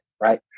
right